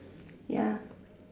ya